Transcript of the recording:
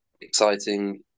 exciting